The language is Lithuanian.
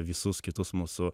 visus kitus mūsų